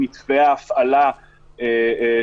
הבעיה היא באמת אקוטית וקשה,